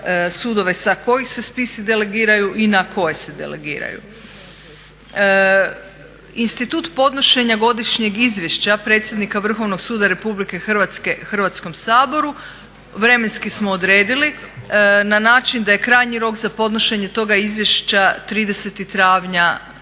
sudove sa kojih se spisi delegiraju i na koje se delegiraju. Institut podnošenja godišnjeg izvješća predsjednika Vrhovnog suda Republike Hrvatske Hrvatskom saboru vremenski smo odredili na način da je krajnji rok za podnošenje toga izvješća 30. travnja